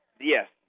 yes